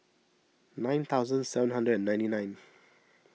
nine thousand seven hundred and ninety nine